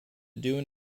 dewan